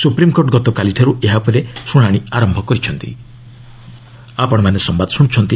supreme court ଗତକାଲିଠାରୁ ଏହା ଉପରେ ଶୁଣାଣି ଆରମ୍ଭ କରିଚ୍ଚନ୍ତି